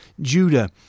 Judah